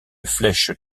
flèche